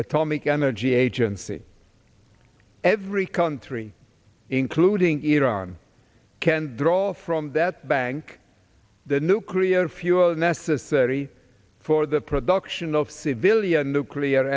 atomic energy agency every country including iran can draw from that bank the new korea fuel necessary for the production of civilian nuclear